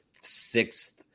sixth